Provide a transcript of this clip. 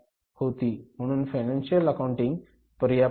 म्हणून financial accounting पर्याप्त होती